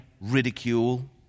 ridicule